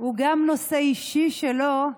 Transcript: הוא גם נושא אישי שלו,